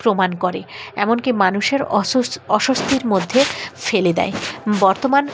প্রমাণ করে এমনকি মানুষের অস অস্বস্তির মধ্যে ফেলে দেয় বর্তমান